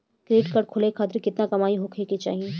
Credit card खोले खातिर केतना कमाई होखे के चाही?